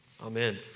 Amen